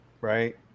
Right